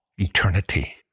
eternity